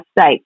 state